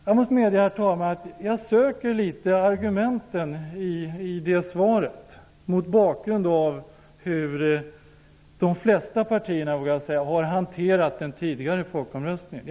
Jag måste medge, herr talman, att jag söker argumenten för det svaret mot bakgrund av hur de flesta partierna har hanterat den tidigare folkomröstningen.